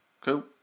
Cool